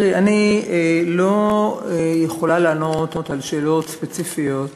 אני לא יכולה לענות על שאלות ספציפיות